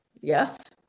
yes